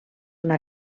una